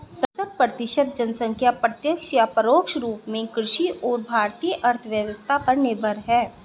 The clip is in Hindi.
सड़सठ प्रतिसत जनसंख्या प्रत्यक्ष या परोक्ष रूप में कृषि और भारतीय अर्थव्यवस्था पर निर्भर है